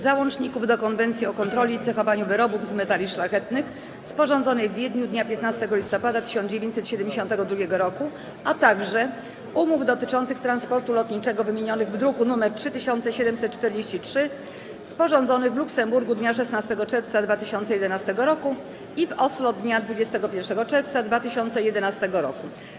Załączników do Konwencji o kontroli i cechowaniu wyrobów z metali szlachetnych, sporządzonej w Wiedniu dnia 15 listopada 1972 r., - umów dotyczących transportu lotniczego wymienionych w druku nr 3743, sporządzonych w Luksemburgu dnia 16 czerwca 2011 r. i w Oslo dnia 21 czerwca 2011 r.